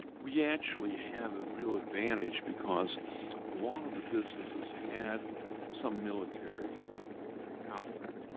we actually had a real advantage because a lot of the businesses had some military outlook.